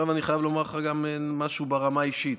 עכשיו אני חייב לומר לך גם משהו ברמה האישית.